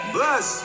Bless